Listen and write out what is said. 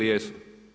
Jesu.